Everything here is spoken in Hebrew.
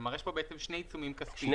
כלומר, יש פה בעצם שני עיצומים כספיים.